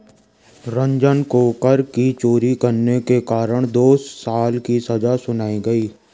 रंजन को कर की चोरी करने के कारण दो साल की सजा सुनाई गई